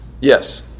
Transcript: Yes